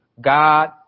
God